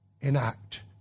enact